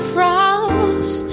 Frost